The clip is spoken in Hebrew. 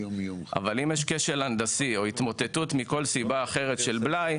אבל אם יש כשל הנדסי או התמוטטות מכל סיבה אחרת של בלאי,